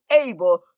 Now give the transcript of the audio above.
able